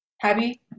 happy